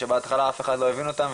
שבהתחלה אף אחד לא הבין אותן,